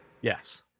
Yes